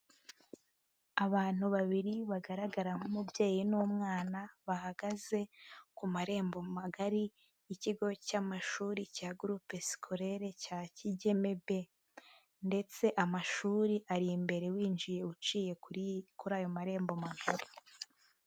Abantu babiri bagaragara nk'umubyeyi n'umwana bahagaze ku marembo magari y'ikigo cy'amashuri cya Groupe Scolaire cya Kigeme be ndetse amashuri ari imbere winjiye uciye kuri ayo marembo magari.